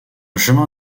chemin